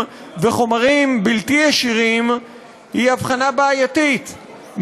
וחומרים בלתי ישירים היא הבחנה בעייתית,